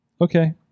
okay